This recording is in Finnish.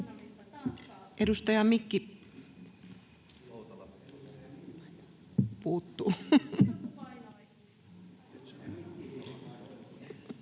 Edustaja, mikki puuttuu!]